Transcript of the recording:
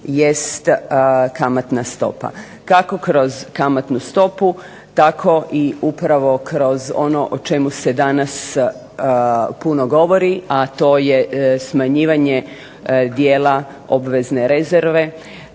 jest kamatna stopa kako kroz kamatnu stopu, tako i upravo kroz ono o čemu se danas puno govori, a to je smanjivanje dijela obvezne rezerve